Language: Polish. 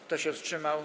Kto się wstrzymał?